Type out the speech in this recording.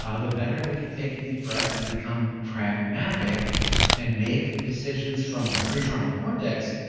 ah the better we can take a deep breath and become pragmatic and make decisions from the prefrontal cortex.